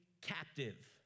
captive